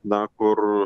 na kur